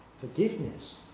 Forgiveness